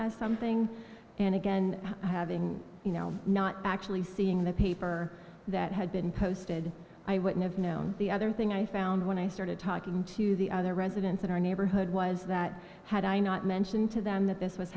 as something and again having you know not actually seeing the paper that had been posted i wouldn't have known the other thing i found when i started talking to the other residents in our neighborhood was that had i not mention to them that this was